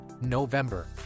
november